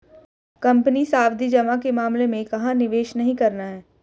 Company सावधि जमा के मामले में कहाँ निवेश नहीं करना है?